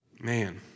Man